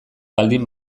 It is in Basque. baldin